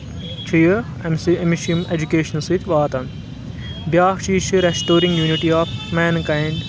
چھُ یہِ اَمہِ سۭتۍ أمِس چھُ یِم اؠجوکیشنہٕ سۭتۍ واتَان بیاکھ چیٖز چھِ restoring unity of main kind